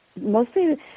mostly